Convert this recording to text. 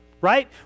Right